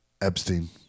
Epstein